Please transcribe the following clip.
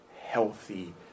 healthy